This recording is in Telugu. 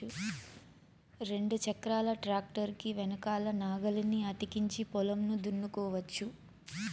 రెండు చక్రాల ట్రాక్టర్ కి వెనకల నాగలిని అతికించి పొలంను దున్నుకోవచ్చు